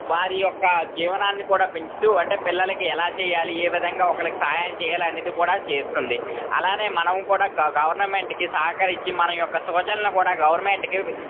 వారి యొక్క జీవనాన్ని కూడా పెంచుతు అంటే పిల్లలకి ఎలా చేయాలి ఏ విధంగా ఒకరికి సహాయం చేయాలి అనేది కూడా చేస్తుంది అలానే మనం కూడా గవర్నమెంట్కి సహకరించి మన యొక్క సూచనలు కూడా గవర్నమెంట్కి